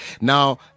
now